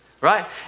right